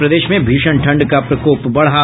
और प्रदेश में भीषण ठंड का प्रकोप बढ़ा